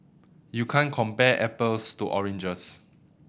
you can't compare apples to oranges